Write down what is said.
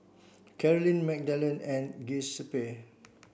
Caroline Magdalen and Giuseppe